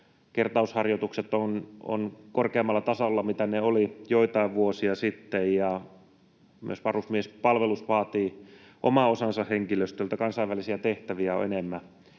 Kertausharjoitukset ovat korkeammalla tasolla kuin ne olivat joitain vuosia sitten, ja myös varusmiespalvelus vaatii oman osansa henkilöstöltä, kansainvälisiä tehtäviä on enemmän.